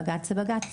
בג"ץ זה בג"ץ.